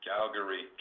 Calgary